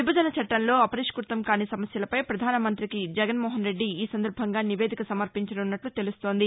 విభజన చట్టంలో అపరిష్మత కాని సమస్యలపై పధాన మంత్రికి జగన్మోహన్రెడ్డి ఈ సందర్భంగా నివేదిక సమర్పించనున్నట్లు తెలుస్తోంది